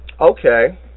Okay